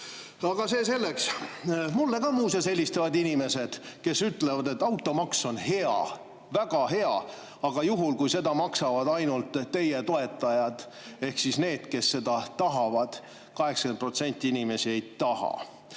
Aga see selleks. Mulle ka muuseas helistavad inimesed, kes ütlevad, et automaks on hea, väga hea, aga juhul, kui seda maksavad ainult [selle] toetajad ehk siis need, kes seda tahavad. 80% inimestest ei taha.